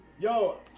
Yo